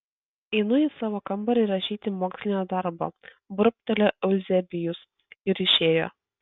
einu į savo kambarį rašyti mokslinio darbo burbtelėjo euzebijus ir išėjo